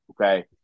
okay